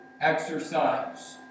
exercise